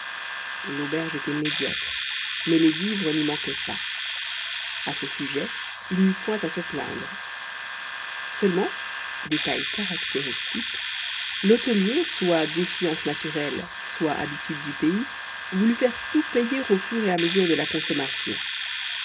l'auberge était médiocre mais les vivres n'y manquaient pas a ce sujet il n'y eut point à se plaindre seulement détail caractéristique l'hôtelier soit défiance naturelle soit habitude du pays voulut faire tout payer au fur et à mesure de la consommation